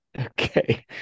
Okay